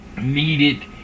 needed